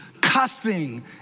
cussing